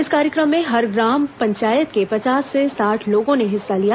इस कार्यक्रम में हर ग्राम पंचायत के पचास से साठ लोगों ने हिस्सा लिया